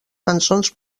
cançons